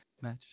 Match